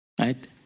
Right